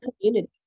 community